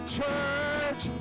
church